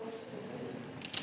Hvala